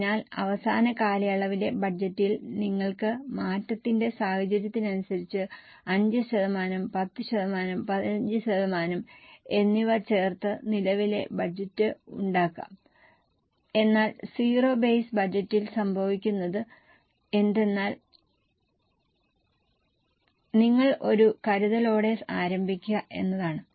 അതിനാൽ അവസാന കാലയളവിലെ ബജറ്റിൽ നിങ്ങൾക്ക് മാറ്റത്തിന്റെ സാഹചര്യത്തിനനുസരിച്ച് 5 ശതമാനം 10 ശതമാനം 15 ശതമാനം എന്നിവ ചേർത്ത് നിലവിലെ ബജറ്റ് ഉണ്ടാക്കാം എന്നാൽ സീറോ ബേസ് ബജറ്റിൽ സംഭവിക്കുന്നത് എന്തെന്നാൽ നിങ്ങൾ ഒരു കരുതലോടെ ആരംഭിക്കുക എന്നതാണ്